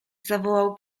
zawołał